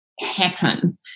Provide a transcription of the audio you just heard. happen